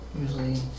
Usually